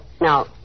Now